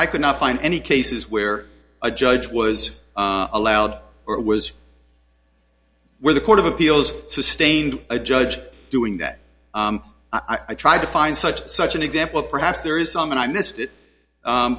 i could not find any cases where a judge was allowed or was where the court of appeals sustained a judge doing that i try to find such and such an example perhaps there is some and i missed it